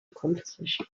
composition